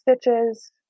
stitches